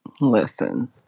Listen